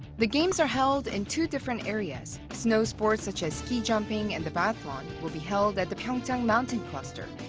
the games are held in two different areas snow sports such as ski jumping and the biathlon will be held at the pyeongchang mountain cluster,